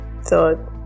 third